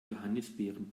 johannisbeeren